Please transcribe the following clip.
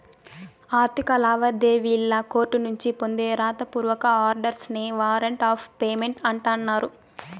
ఆర్థిక లావాదేవీల్లి కోర్టునుంచి పొందే రాత పూర్వక ఆర్డర్స్ నే వారంట్ ఆఫ్ పేమెంట్ అంటన్నారు